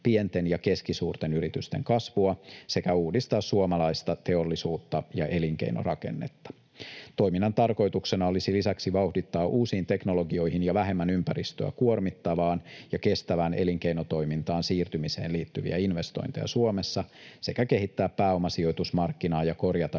pienten ja keskisuurten yritysten kasvua sekä uudistaa suomalaista teollisuutta ja elinkeinorakennetta. Toiminnan tarkoituksena olisi lisäksi vauhdittaa uusiin teknologioihin ja vähemmän ympäristöä kuormittavaan ja kestävään elinkeinotoimintaan siirtymiseen liittyviä investointeja Suomessa sekä kehittää pääomasijoitusmarkkinaa ja korjata yritysten